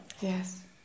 yes